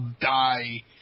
die